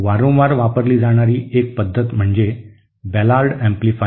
वारंवार वापरली जाणारी एक पद्धत म्हणजे बॅलार्ड एम्प्लीफायर